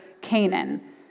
Canaan